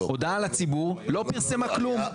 הודעה לציבור, לא פרסמה כלום.